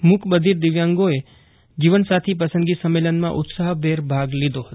મૂક બધિર દિવ્યાંગોએ જીવનસાથી પસંદગી સંમેલનમાં ઉત્સાઆફભેર ભાગ લીધો હતો